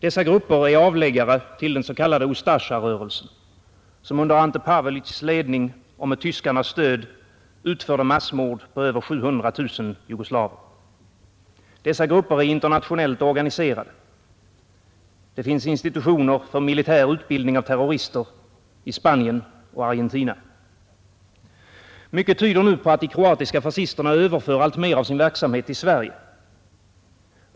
Dessa grupper är avläggare till den s.k. UstaSa-rörelsen, som under Ante Paveliés ledning och med tyskarnas stöd utförde massmord på över 700 000 jugoslaver. Grupperna är internationellt organiserade. Det finns institutioner för militär utbildning av terrorister i Spanien och Argentina. Mycket tyder nu på att de kroatiska fascisterna överför alltmer av sin verksamhet till Sverige.